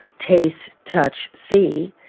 taste, touch, see,